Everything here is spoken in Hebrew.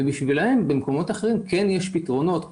ובשבילם כן יש פתרונות במקומות אחרים,